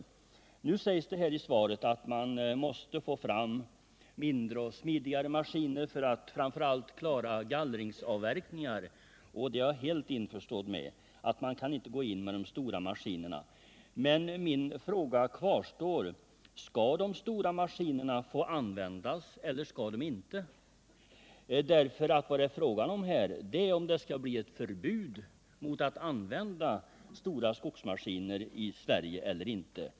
Det sägs i svaret att man måste få fram mindre och smidigare maskiner för att klara framför allt gallringsavverkningar. Jag är helt införstådd med att man inte kan gå in med de stora maskinerna där. Men min fråga kvarstår: Skall de stora maskinerna få användas eHer inte? Vad det är fråga om är om det skall bli ett förbud mot att använda stora skogsmaskiner i Sverige eller inte.